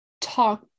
talk